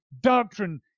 doctrine